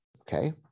Okay